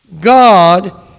God